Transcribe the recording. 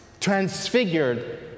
transfigured